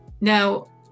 Now